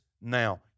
now